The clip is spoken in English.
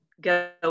go